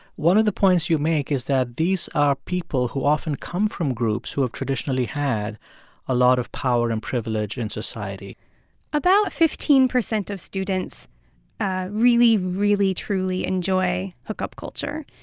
one of the points you make is that these are people who often come from groups who have traditionally had a lot of power and privilege in society about fifteen percent of students ah really, really, truly enjoy hookup culture.